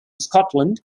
scotland